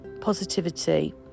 positivity